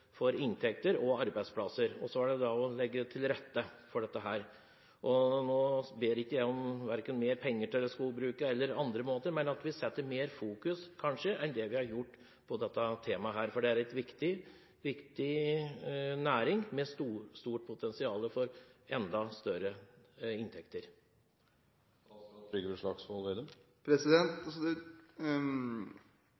inntekter og arbeidsplasser, og så gjelder det da å legge til rette for dette. Nå ber jeg verken om mer penger til skogbruket eller til andre ting, men at vi setter mer fokus på dette temaet enn det vi kanskje har gjort, for det er en viktig næring med et stort potensial for enda større inntekter.